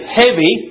heavy